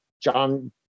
John